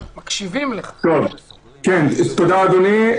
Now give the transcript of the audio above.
תודה, אדוני.